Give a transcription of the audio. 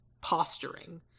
posturing